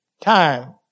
time